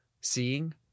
seeing